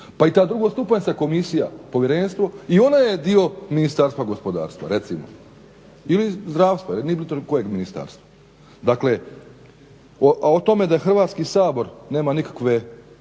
Pa i ta drugostupanjska komisija, povjerenstvo, i ona je dio Ministarstva gospodarstva recimo. Ili zdravstva, nije bitno kojeg ministarstva. Dakle, a o tome da Hrvatski sabor nema nikakve